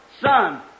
Son